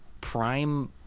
prime